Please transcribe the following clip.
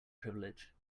privilege